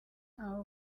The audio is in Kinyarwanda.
aho